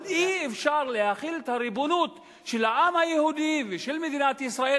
אבל אי-אפשר להחיל את הריבונות של העם היהודי ושל מדינת ישראל